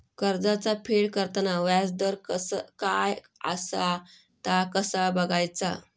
कर्जाचा फेड करताना याजदर काय असा ता कसा बगायचा?